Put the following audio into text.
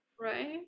Right